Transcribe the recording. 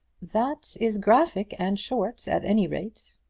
that is graphic and short, at any rate.